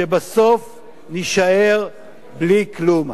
שבסוף נישאר בלי כלום.